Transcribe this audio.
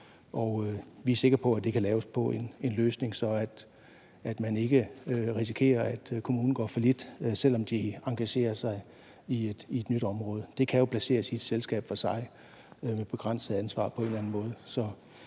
vi er sikre på, at det kan laves med en løsning, så man ikke risikerer, at kommunen går fallit, selv om den engagerer sig i et nyt område. Det kan jo placeres i et selskab for sig med begrænset ansvar på en eller anden måde.